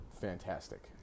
fantastic